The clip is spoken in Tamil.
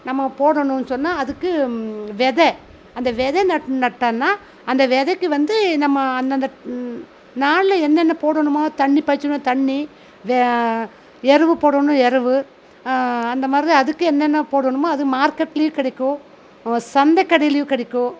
நம்ம போடணும்ன் சொன்னால் அதுக்கு விதை அந்த விதை நட் நட்டோன்னா அந்த விதைக்கி வந்து நம்ம அந்தந்த நாளில் என்னென்ன போடணுமோ தண்ணி பாய்ச்சணுமா தண்ணி எரு போடணும் எரு அந்த மாதிரிதான் அதுக்கு என்னென்ன போடணுமோ அது மார்க்கெட்லேயும் கிடைக்கும் சந்தைக் கடையிலேயும் கிடைக்கும்